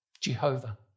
Jehovah